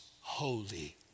holy